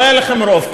לא היה לכם רוב.